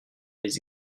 les